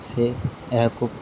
ସେ ଏହାକୁ